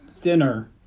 dinner